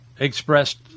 expressed